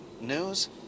news